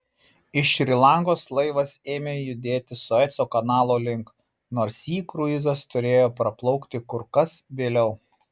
iš šri lankos laivas ėmė judėti sueco kanalo link nors jį kruizas turėjo praplaukti kur kas vėliau